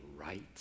right